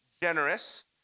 generous